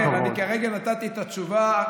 אני כרגע נתתי את התשובה,